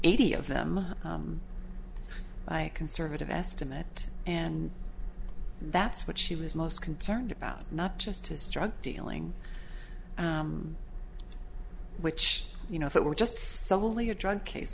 eighty of them conservative estimate and that's what she was most concerned about not just his drug dealing which you know if it were just solely a drug case